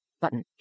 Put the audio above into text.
button